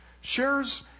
shares